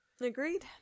Agreed